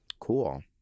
cool